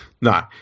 No